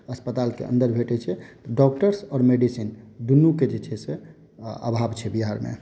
अस्पतालकेँ अन्दर भेटै छै डॉक्टर्स आओर मेडिसीन दुनूकेँ जे छै से आभाव छै बिहारमे